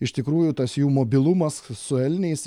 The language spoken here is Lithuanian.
iš tikrųjų tas jų mobilumas su elniais